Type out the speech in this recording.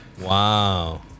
Wow